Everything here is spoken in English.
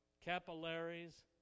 capillaries